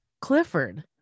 Clifford